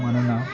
मानोना